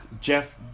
Jeff